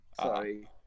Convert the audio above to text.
sorry